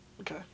Okay